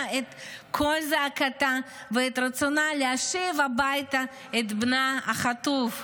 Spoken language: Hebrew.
את קול זעקתה ואת רצונה להשיב הביתה את בנה החטוף.